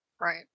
Right